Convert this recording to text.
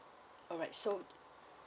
alright so